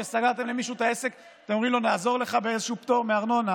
סגרתם למישהו את העסק ואתם אומרים לו: נעזור לך באיזשהו פטור מארנונה,